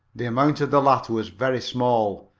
the amount of the latter was very small,